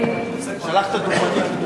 שלחת דוגמנית?